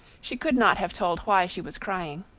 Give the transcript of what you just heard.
she could not have told why she was crying.